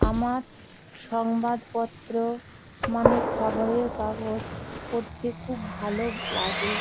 আমার সংবাদপত্র মানে খবরের কাগজ পড়তে খুব ভালো লাগে